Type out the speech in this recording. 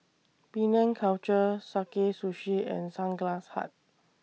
Penang Culture Sakae Sushi and Sunglass Hut